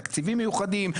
אני אתן לכם תקציבים מיוחדים,